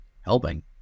helping